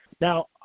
Now